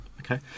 Okay